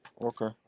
Okay